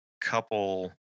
couple